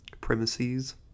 premises